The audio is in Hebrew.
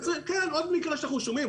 עוד מקרה עליו אנחנו שומעים.